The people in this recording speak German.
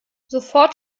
sofort